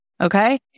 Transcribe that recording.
okay